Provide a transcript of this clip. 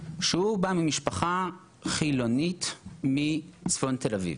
שבא ממשפחה חילונית מצפון תל אביב.